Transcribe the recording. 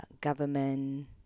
government